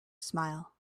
smile